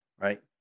right